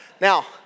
Now